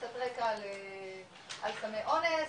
על סמי אונס,